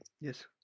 Yes